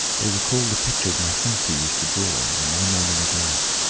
they recall the pictures my fancy used to draw in the may morning of life,